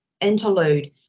interlude